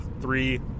three